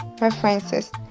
references